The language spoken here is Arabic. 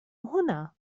هنا